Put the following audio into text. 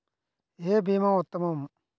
ఏ భీమా ఉత్తమము?